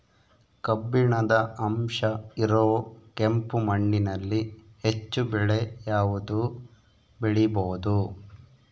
ಕಬ್ಬಿಣದ ಅಂಶ ಇರೋ ಕೆಂಪು ಮಣ್ಣಿನಲ್ಲಿ ಹೆಚ್ಚು ಬೆಳೆ ಯಾವುದು ಬೆಳಿಬೋದು?